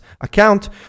account